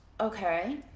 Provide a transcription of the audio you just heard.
okay